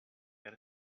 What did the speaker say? got